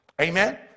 Amen